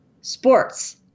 sports